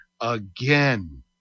again